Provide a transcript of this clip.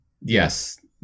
Yes